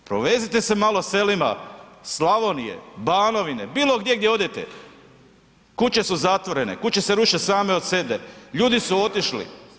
Provezite se malo selima, Slavonije, Banovine, bilo gdje gdje odete, kuće su zatvorene, kuće se ruše same od sebe, ljudi su otišli.